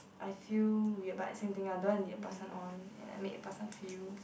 I feel weird but same thing I don't want lead the person on and like make the person feel